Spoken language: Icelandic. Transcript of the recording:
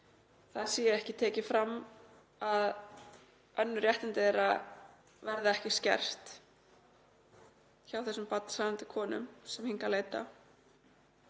það sé ekki tekið fram að önnur réttindi verði ekki skert hjá þeim barnshafandi konum sem hingað leita.